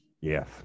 Yes